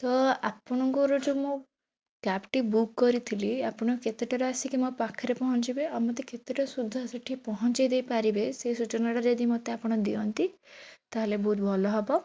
ତ ଆପଣଙ୍କର ଯେଉଁ ମୁଁ କ୍ୟାବ୍ଟି ବୁକ୍ କରିଥିଲି ଆପଣ କେତେଟାରେ ଆସିକି ମୋ ପାଖରେ ପହଞ୍ଚିବେ ଆଉ ମୋତେ କେତେଟା ସୁଦ୍ଧା ସେଇଠି ପହଞ୍ଚେଇ ଦେଇପାରିବେ ସେ ସୂଚନାଟା ଯଦି ମୋତେ ଆପଣ ଦିଅନ୍ତି ତାହେଲେ ବହୁତ୍ ଭଲ ହବ